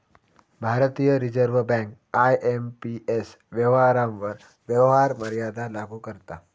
भारतीय reserve bank IMPS व्यवहारांवर व्यवहार मर्यादा लागू करता